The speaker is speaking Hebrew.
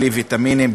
בלי ויטמינים,